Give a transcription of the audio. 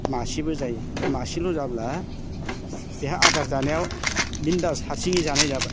मासेबो जायो बे मासेल' जाब्ला बेहा आदार जानायाव बिनदास हारसिङै जानाय जाबाय